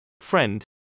friend